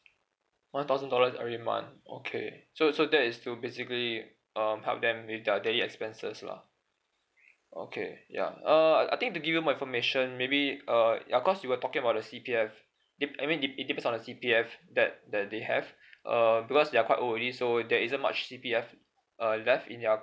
one thousand dollars every month okay so so that is to basically um help them with their daily expenses lah okay ya err I I think to give you more information maybe uh ya cause you were talking about the C_P_F it I mean it it depends on the C_P_F that that they have err because they're quite old already so there isn't much C_P_F uh left in their